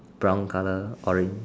brown color oren